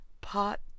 Pot